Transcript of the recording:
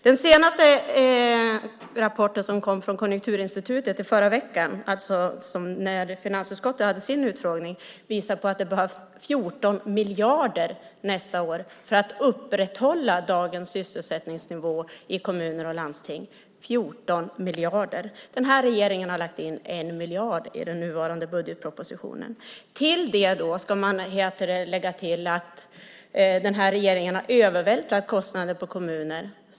Den senaste rapporten från Konjunkturinstitutet, som kom förra veckan när finansutskottet höll sin utfrågning, visar att det behövs 14 miljarder nästa år för att upprätthålla dagens sysselsättningsnivå i kommuner och landsting. Regeringen har satsat 1 miljard i den nuvarande budgetpropositionen. Till det ska läggas att regeringen övervältrat kostnader på kommunerna.